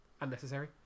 unnecessary